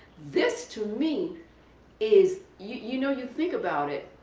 this to me is, you know, you think about it,